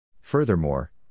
Furthermore